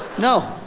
no.